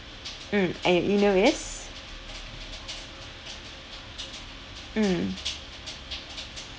mm and your email is mm